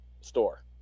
store